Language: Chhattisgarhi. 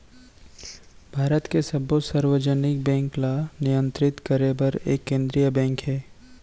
भारत के सब्बो सार्वजनिक बेंक ल नियंतरित करे बर एक केंद्रीय बेंक हे